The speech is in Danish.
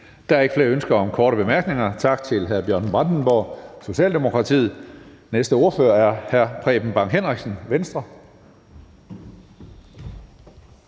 Der er ikke flere ønsker om korte bemærkninger. Tak til hr. Bjørn Brandenborg, Socialdemokratiet. Næste ordfører er hr. Preben Bang Henriksen, Venstre.